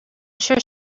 sure